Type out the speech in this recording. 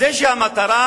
זה שהמטרה